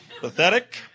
Pathetic